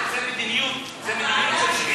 זה מדיניות.